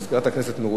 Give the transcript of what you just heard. אדוני היושב-ראש,